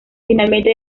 finalmente